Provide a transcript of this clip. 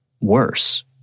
worse